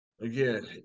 again